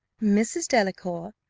mrs. delacour,